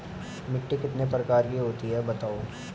मिट्टी कितने प्रकार की होती हैं बताओ?